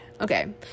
Okay